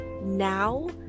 now